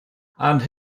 and